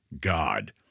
God